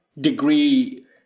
degree